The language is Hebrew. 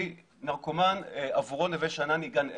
כי נרקומנים, עבורם נווה שאנן היא גן עדן.